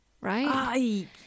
right